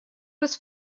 was